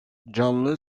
canlı